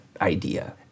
idea